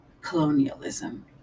colonialism